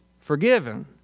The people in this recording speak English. forgiven